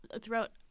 throughout